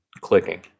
clicking